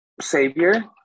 savior